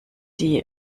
die